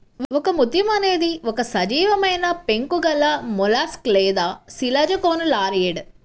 ఒకముత్యం అనేది ఒక సజీవమైనపెంకు గలమొలస్క్ లేదా శిలాజకోనులారియిడ్